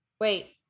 Wait